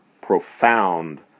profound